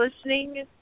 listening